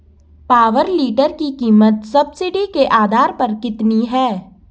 Power tiller की कीमत subsidy के आधार पर कितनी है?